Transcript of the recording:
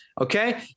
Okay